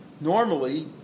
normally